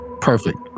Perfect